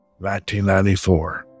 1994